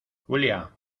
julia